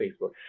Facebook